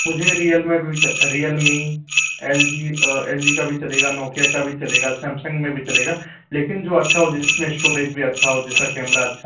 मुझे Realme बी च Realme L G L G का भी चलेगा नोकिया का भी चलेगा सैमसंग में भी चलेगा लेकिन जो अच्छा हो जिसमें इश्टोरेज भी अच्छा हो जिसका कैमरा अच्छा हो